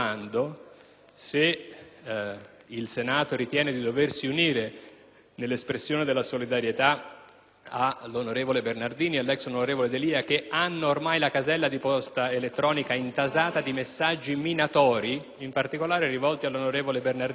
se il Senato ritiene di doversi unire nell'espressione della solidarietà all'onorevole Bernardini e all'ex onorevole D'Elia che hanno ormai la casella di posta elettronica intasata di messaggi minatori, in particolare rivolti all'onorevole Bernardini